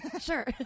sure